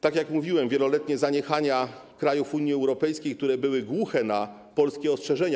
Tak jak mówiłem, wieloletnie zaniechania krajów Unii Europejskiej, które były głuche na polskie ostrzeżenia.